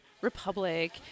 republic